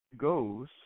goes